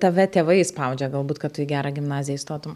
tave tėvai spaudžia galbūt kad tu į gerą gimnaziją įstotum